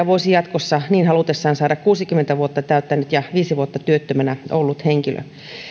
voisi jatkossa niin halutessaan saada kuusikymmentä vuotta täyttänyt ja viisi vuotta työttömänä ollut henkilö